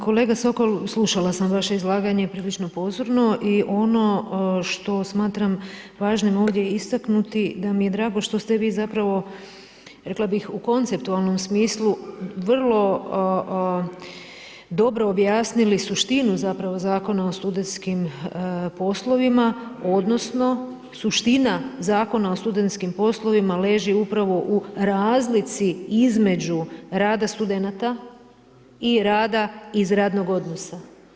Kolega Sokol, slušala sam vaše izlaganje prilično pozorno i ono što smatram važnim ovdje istaknuti je da mi je drago što ste vi zapravo rekla bih u konceptualnom smislu vrlo dobro objasnili suštinu zapravo Zakona o studentskim poslovima, odnosno suština Zakona o studentskim poslovima leži upravo u razlici između rada studenata i rada iz radnog odnosa.